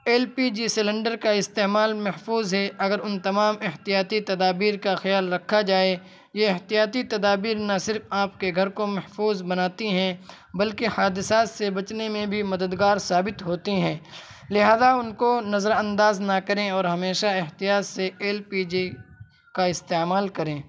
L P G cylinder کا استعمال محفوظ ہے اگر ان تمام احتیاطی تدابیر کا خیال رکھا جائے یہ احتیاطی تدابیر نہ صرف آپ کے گھر کو محفوظ بناتی ہیں بلکہ حادثات سے بچنے میں بھی مددگار ثابت ہوتی ہیں لہذا ان کو نظرانداز نہ کریں اور ہمیشہ احتیاط سے ایل پی جی کا استعمال کریں